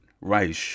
Reich